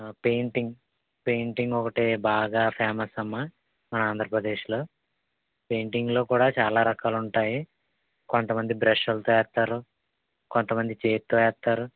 painting painting ఒకటే బాగా famous అమ్మ మన ఆంధ్రప్రదేశ్లో పెయింటింగ్లో కూడా చాలా రకాలు ఉంటాయి కొంతమంది బ్రషులతో వేస్తారు కొంతమంది చేత్తో వేస్తారు